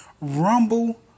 Rumble